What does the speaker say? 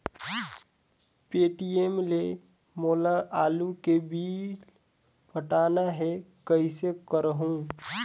Paytm ले मोला आलू के बिल पटाना हे, कइसे करहुँ?